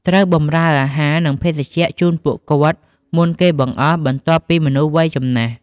ត្រូវបម្រើអាហារ និងភេសជ្ជៈជូនពួកគាត់មុនគេបង្អស់ បន្ទាប់ពីមនុស្សវ័យចំណាស់ ។